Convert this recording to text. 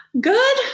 Good